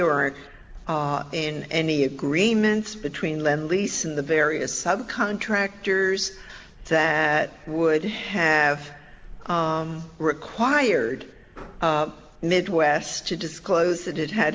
or in any agreements between lend lease and the various sub contractors that would have required midwest to disclose that it had